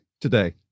today